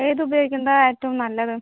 ഏത് ഉപയോഗിക്കുന്നതാണ് ഏറ്റവും നല്ലത്